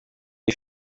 iyi